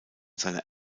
seiner